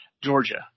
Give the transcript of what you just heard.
Georgia